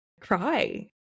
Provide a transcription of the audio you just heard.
cry